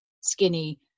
skinny